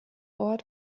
ort